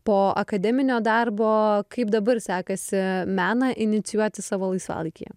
po akademinio darbo kaip dabar sekasi meną inicijuoti savo laisvalaikyje